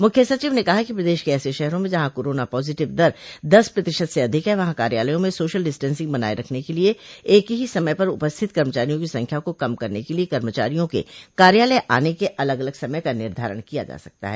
मुख्य सचिव ने कहा कि प्रदेश के ऐसे शहरों में जहां कोरोना पॉजटिव दर दस प्रतिशत से अधिक है वहां कार्यालयों में सोशल डिस्टेंसिंग बनाये रखने के लिए एक ही समय पर उपस्थित कर्मचारियों की संख्या को कम करने के लिए कर्मचारियों के कार्यालय आने के अलग अलग समय का निर्धारण किया जा सकता है